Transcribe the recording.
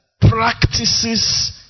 practices